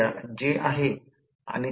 8 मागे असेल आणि 0